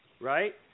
Right